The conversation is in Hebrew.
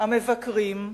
המבקרים,